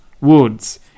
woods